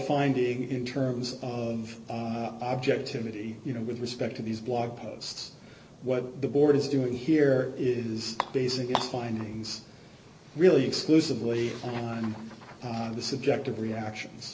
finding in terms of objectivity you know with respect to these blog posts what the board is doing here is basically findings really exclusively on the subject of reactions